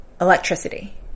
Electricity